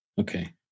Okay